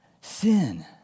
sin